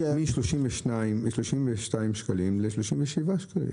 מ-32 שקלים ל-37 שקלים.